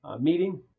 meeting